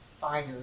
fire